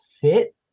fit